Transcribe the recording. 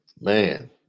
Man